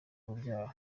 urubyaro